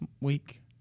week